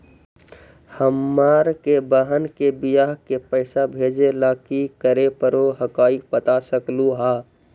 हमार के बह्र के बियाह के पैसा भेजे ला की करे परो हकाई बता सकलुहा?